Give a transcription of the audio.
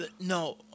No